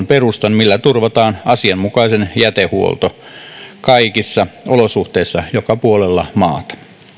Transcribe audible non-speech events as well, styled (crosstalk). (unintelligible) perustan millä turvataan asianmukainen jätehuolto kaikissa olosuhteissa joka puolella maata